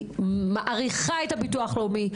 אני מעריכה את הביטוח הלאומי.